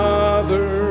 Father